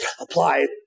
apply